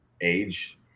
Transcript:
age